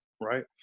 right